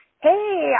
hey